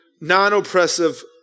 non-oppressive